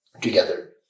together